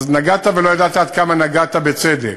אז נגעת ולא ידעת עד כמה נגעת בצדק,